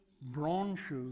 branches